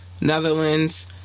netherlands